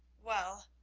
well,